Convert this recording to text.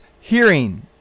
hearing